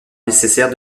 nécessaire